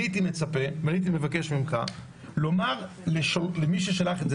אני הייתי מצפה והייתי מבקש ממך לומר למי ששלח את זה,